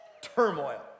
Turmoil